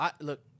Look